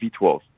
v12